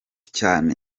cyane